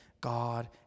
God